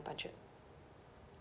budget